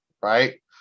right